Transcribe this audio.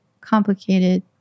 complicated